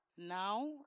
now